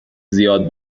زیاد